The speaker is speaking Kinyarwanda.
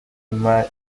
bajya